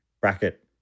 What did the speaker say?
Bracket